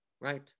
right